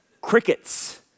crickets